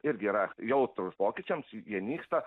irgi yra jautrūs pokyčiams jie nyksta